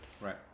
right